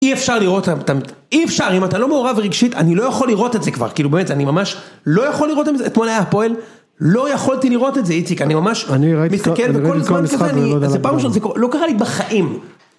אי אפשר לראות אותם, אי אפשר, אם אתה לא מעורב רגשית, אני לא יכול לראות את זה כבר, כאילו באמת זה אני ממש לא יכול לראות את מנהלי הפועל, לא יכולתי לראות את זה איציק, אני ממש מסתכל בכל זמן כזה, זה פעם ראשו.. לא קרה לי בחיים.